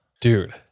Dude